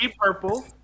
purple